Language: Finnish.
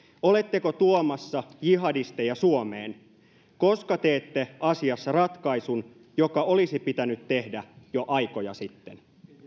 oletteko tuomassa jihadisteja suomeen koska teette asiassa ratkaisun joka olisi pitänyt tehdä jo aikoja sitten